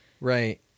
Right